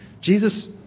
Jesus